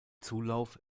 zulauf